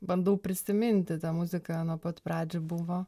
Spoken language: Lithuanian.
bandau prisiminti ta muzika nuo pat pradžių buvo